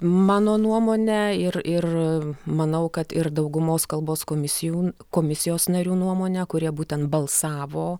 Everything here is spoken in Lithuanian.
mano nuomone ir ir manau kad ir daugumos kalbos komisijų komisijos narių nuomonę kurie būtent balsavo